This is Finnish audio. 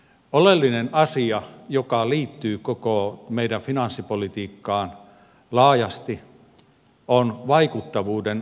oleellinen asia joka liittyy koko meidän finanssipolitiikkaan laajasti on vaikuttavuuden arvioinnin puute